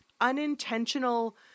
unintentional